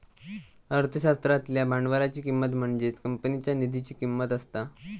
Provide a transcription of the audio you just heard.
अर्थशास्त्रातल्या भांडवलाची किंमत म्हणजेच कंपनीच्या निधीची किंमत असता